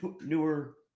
newer